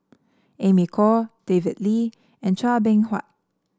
Amy Khor David Lee and Chua Beng Huat